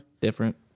Different